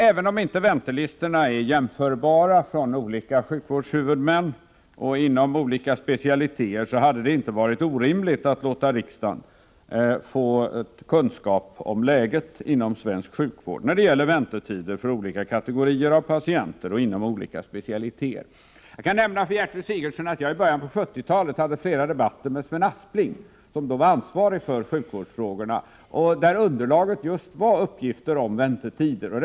Även om inte väntelistorna från olika sjukvårdshuvudmän och inom specialiteter är jämförbara hade det inte varit orimligt att låta riksdagen få kunskap om läget inom svensk sjukvård när det gäller väntetider för olika kategorier av patienter och inom olika specialiteter. Jag kan nämna för Gertrud Sigurdsen att jag i början av 1970-talet hade flera debatter med Sven Aspling, som då var ansvarig för sjukvårdsfrågorna, där underlaget just var uppgifter om väntetider.